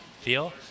feel